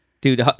dude